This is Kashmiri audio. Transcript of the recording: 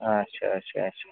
آچھا اچھا اچھا